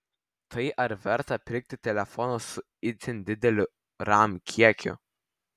tai ar verta pirkti telefoną su itin dideliu ram kiekiu